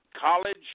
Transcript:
College